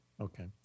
Okay